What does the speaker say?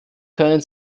können